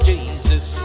Jesus